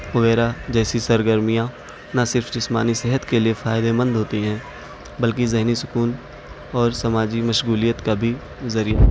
وغیرہ جیسی سرگرمیاں نہ صرف جسمانی صحت کے لیے فائدہ مند ہوتی ہیں بلکہ ذہنی سکون اور سماجی مشغولیت کا بھی ذریعہ